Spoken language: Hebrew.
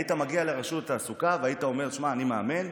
היית מגיע לרשות התעסוקה והיית אומר: אני מאמן,